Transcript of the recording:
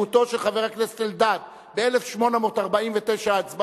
הסתייגותו של חבר הכנסת אלדד ב-1,849 ההצבעות?